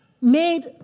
made